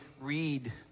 read